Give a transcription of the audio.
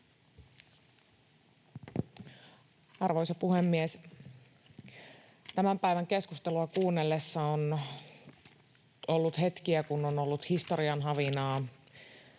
Arvoisa puhemies! Tämän päivän keskustelua kuunnellessa on ollut hetkiä, kun on ollut historian havinaa.